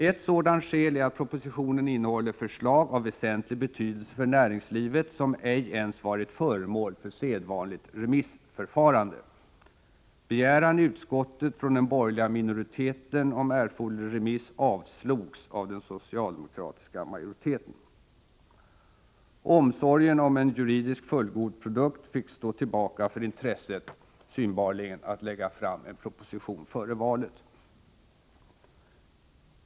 Ett sådant skäl är att propositionen innehåller förslag av väsentlig betydelse för näringslivet som ej ens varit föremål för sedvanligt remissförfarande. Begäran i utskottet från den borgerliga minoriteten om erforderlig remiss avslogs av den socialistiska majoriteten. Omsorgen om en juridiskt fullgod produkt fick synbarligen stå tillbaka för intresset att framlägga en proposition före valet.